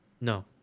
No